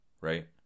right